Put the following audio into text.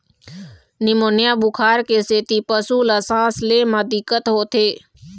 pneumonia बुखार के सेती पशु ल सांस ले म दिक्कत होथे